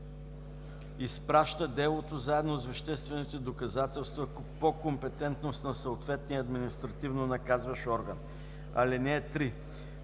изпраща делото заедно с веществените доказателства по компетентност на съответния административнонаказващ орган. (3)